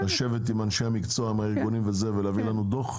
לשבת עם אנשי המקצוע, עם הארגונים ולהביא לנו דוח.